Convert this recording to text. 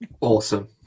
Awesome